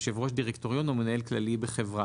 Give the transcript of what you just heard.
יושב ראש דירקטוריון או מנהל כללי בחברה